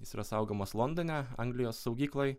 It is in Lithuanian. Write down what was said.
jis yra saugomas londone anglijos saugykloj